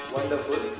Wonderful